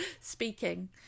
speaking